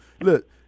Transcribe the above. Look